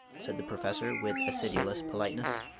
said the professor, with acidulous politeness